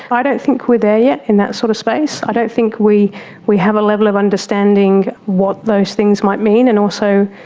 i don't think we are there yet in that sort of space, i don't think we we have a level of understanding what those things might mean. and also,